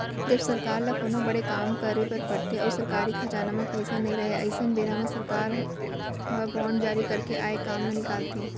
जब सरकार ल कोनो बड़े काम करे बर परथे अउ सरकारी खजाना म पइसा नइ रहय अइसन बेरा म सरकारो ह बांड जारी करके आए काम ल निकालथे